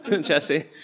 Jesse